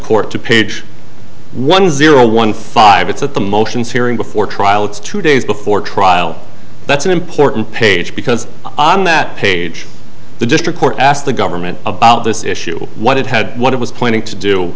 court to page one zero one five it's at the motions hearing before trial it's two days before trial that's an important page because on that page the district court asked the government about this issue what it had what it was planning to do